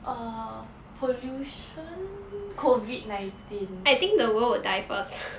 err pollution COVID nineteen I think the world diapers